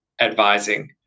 advising